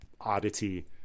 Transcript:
oddity